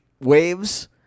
waves